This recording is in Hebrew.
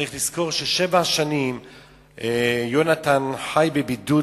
צריך לזכור שיהונתן חי בבידוד